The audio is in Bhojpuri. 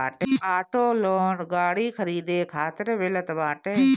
ऑटो लोन गाड़ी खरीदे खातिर मिलत बाटे